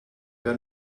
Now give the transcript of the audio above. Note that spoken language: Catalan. que